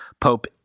Pope